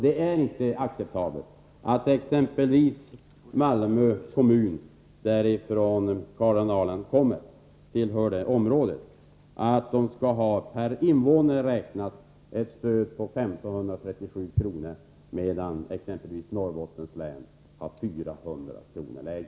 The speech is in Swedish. Det är inte acceptabelt att exempelvis Malmö kommun, som Karin Ahrland representerar, skall ha ett stöd, per invånare räknat, om 1 537 kr., medan exempelvis Norrbottens län har ett stöd som är 400 kr. lägre.